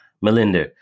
Melinda